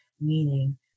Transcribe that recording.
meaning